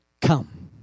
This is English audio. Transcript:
come